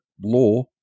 law